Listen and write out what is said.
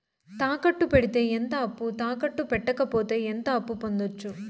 తాకట్టు పెడితే ఎంత అప్పు, తాకట్టు పెట్టకపోతే ఎంత అప్పు పొందొచ్చు?